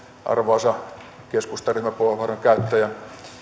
arvoisa keskustan ryhmäpuheenvuoron käyttäjä